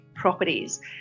properties